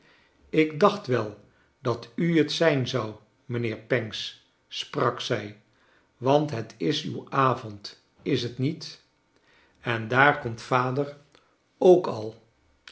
ik dacht wel dat u t zijn zou mrjnheer pancks sprak zij want het is uw avond is tniet en daar komt vader ook al